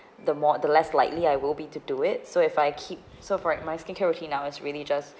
the more the less likely I will be to do it so if I keep so if for my skincare routine now is really just